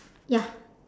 ya